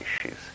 issues